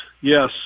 yes